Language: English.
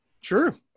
Sure